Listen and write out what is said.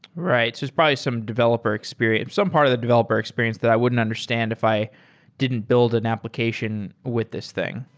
rights. it's probably some developer experience. some part of the developer experience that i wouldn't understand if i didn't build an application with this thing.